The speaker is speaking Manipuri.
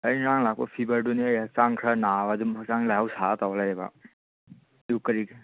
ꯑꯩ ꯉꯔꯥꯡ ꯂꯥꯛꯄ ꯐꯤꯕꯔꯗꯨꯅꯦ ꯑꯩ ꯍꯛꯆꯥꯡ ꯈꯔ ꯅꯥꯕ ꯑꯗꯨꯝ ꯂꯥꯏꯍꯧ ꯁꯥꯕ ꯇꯧꯔ ꯂꯩꯕ ꯑꯗꯨ ꯀꯔꯤ ꯀꯔꯤ